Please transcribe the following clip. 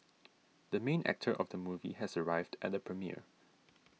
the main actor of the movie has arrived at the premiere